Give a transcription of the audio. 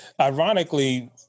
Ironically